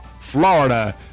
Florida